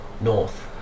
North